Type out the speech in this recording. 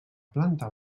planta